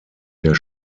der